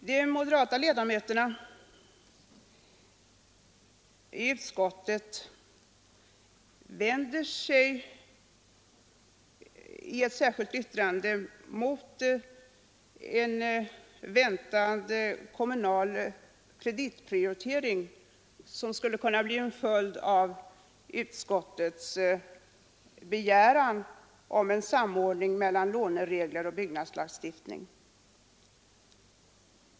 De moderata ledamöterna i utskottet vänder sig i ett särskilt yttrande mot en väntad kommunal kreditprioritering, som skulle kunna bli en följd av utskottets begäran om en samordning mellan låneregler och byggnadslagstiftning.